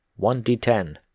1d10